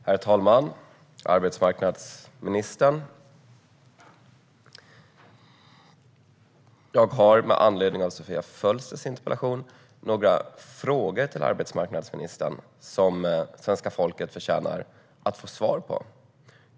Herr talman! Arbetsmarknadsministern! Jag har med anledning av Sofia Fölsters interpellation några frågor till arbetsmarknadsministern som svenska folket förtjänar att få svar på.